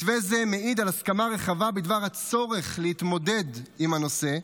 מתווה זה מעיד על הסכמה רחבה בדבר הצורך להתמודד עם הנושא.